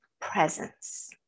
presence